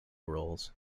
roles